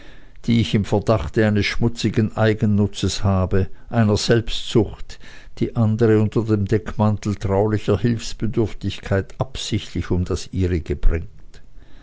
die ich im verdachte eines schmutzigen eigennutzes habe einer selbstsucht die andere unter dem deckmantel traulicher hilfsbedürftigkeit absichtlich um das ihrige bringt